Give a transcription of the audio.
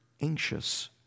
anxious